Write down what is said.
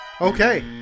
Okay